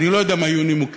אני לא יודע מה היו נימוקיה,